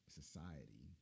society